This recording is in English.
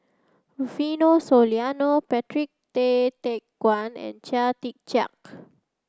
Rufino Soliano Patrick Tay Teck Guan and Chia Tee Chiak